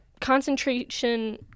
concentration